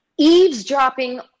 eavesdropping